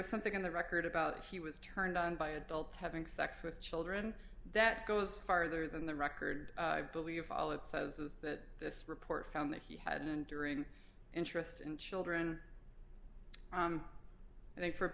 was something on the record about it she was turned on by adults having sex with children that goes farther than the record i believe all it says is that this report found that he had an enduring interest in children i think for